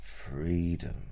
freedom